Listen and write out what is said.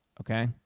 okay